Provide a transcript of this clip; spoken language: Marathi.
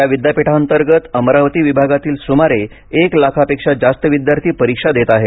या विद्यापीठांतर्गत अमरावती विभागातील सुमारे एक लाखापेक्षा जास्त विद्यार्थी परीक्षा देत आहे